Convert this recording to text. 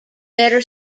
better